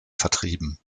vertrieben